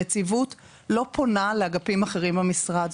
הנציבות לא פונה לאגפים אחרים במשרד.